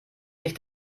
sich